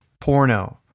porno